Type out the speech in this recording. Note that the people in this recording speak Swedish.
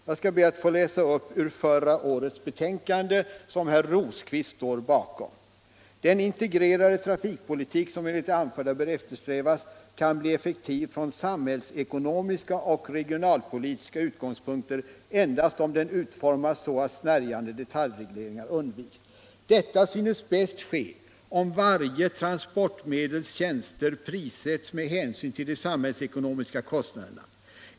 Jag skall be att få läsa upp ett stycke ur förra årets betänkande, som herr Rosqvist står bakom: "Den integrerade trafikpolitik, som enligt det anförda bör eftersträvas, kan bli effektiv från samhällsekonomiska och regionalpolitiska utgångspunkter endast om den utformas så att snärjande detaljregleringar undviks. Detta synes bäst ske om varje transportmedels tjänster prissätts med hänsyn till de samhällsekonomiska kostnaderna.